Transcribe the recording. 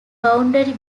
boundary